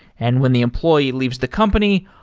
and when the employee leaves the company,